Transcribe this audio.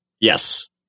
Yes